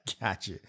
Gotcha